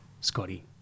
Scotty